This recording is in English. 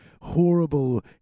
horrible